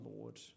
Lord